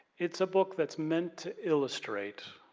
it's a book that's mean to illustrate